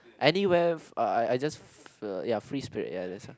anywhere I I just free spirit ya that's why